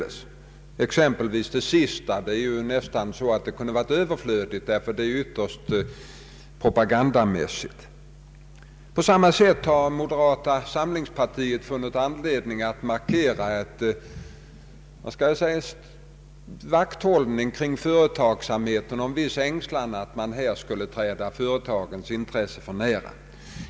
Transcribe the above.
Det sista exempelvis kunde nästan ha varit överflödigt, ty det är så propagandamässigt. På samma sätt har moderata samlingspartiet funnit anledning att markera en, skall vi kalla det vakthållning kring företagsamheten och en viss ängslan för att man här skulle träda företagens intresse för nära.